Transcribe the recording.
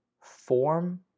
form